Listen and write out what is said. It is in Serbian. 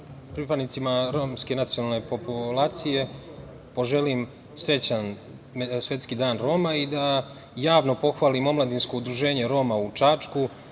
pripadnicima romske nacionalne populacije poželim srećan Svetski dan Roma, i da javno pohvalim omladinsko Udr“uženje Roma u Čačku,